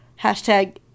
hashtag